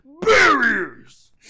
barriers